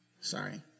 sorry